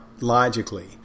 Logically